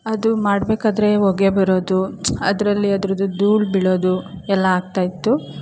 ಮಾಡಬೇಕಾದ್ರೆ ಹೊಗೆ ಬರೋದು ಅದರಲ್ಲಿ ಅದ್ರದ್ದು ಧೂಳ್ ಬೀಳೋದು ಎಲ್ಲ ಆಗ್ತಾಯಿತ್ತು